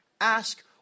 Ask